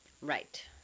Right